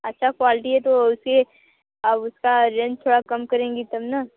अच्छा क्वालिटी है तो उसे अब उसका रेंट थोड़ा कम करेंगी तब ना